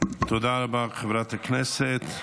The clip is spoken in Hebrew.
תודה רבה לחברת הכנסת.